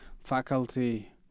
faculty